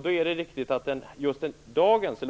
Det är riktigt att just